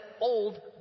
old